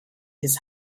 his